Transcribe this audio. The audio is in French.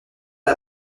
est